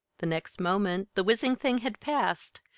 the next moment the whizzing thing had passed,